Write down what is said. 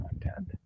content